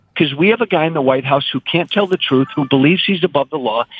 cause we have a guy in the white house who can't tell the truth, who believes she's above the law.